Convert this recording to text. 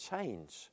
change